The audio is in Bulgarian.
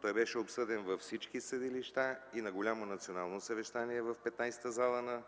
Той беше обсъден във всички съдилища и на голямо национално съвещание в 15-та зала на